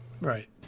right